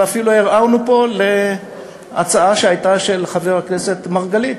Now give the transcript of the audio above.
ואפילו ערערנו פה על הצעה של חבר הכנסת מרגלית,